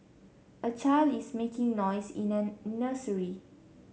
a child is making noise in a nursery